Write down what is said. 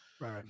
Right